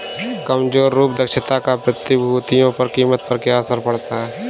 कमजोर रूप दक्षता का प्रतिभूतियों की कीमत पर क्या असर पड़ता है?